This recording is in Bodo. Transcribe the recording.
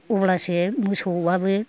अब्लासो मोसौआबो